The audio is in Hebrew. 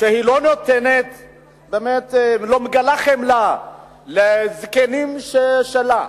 שלא מגלה חמלה לזקנים שלה,